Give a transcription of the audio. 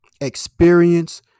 experience